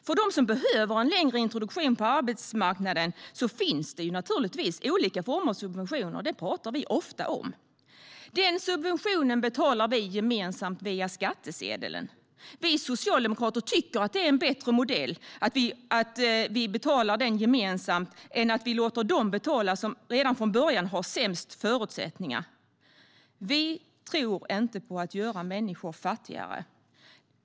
För dem som behöver en längre introduktion på arbetsmarknaden finns det naturligtvis olika former av subventioner. Det talar vi ofta om. Denna subvention betalar vi gemensamt via skattsedeln. Vi socialdemokrater tycker att det är en bättre modell att vi betalar den gemensamt än att vi låter dem som redan från början har sämst förutsättningar betala. Vi tror inte på att göra människor fattigare.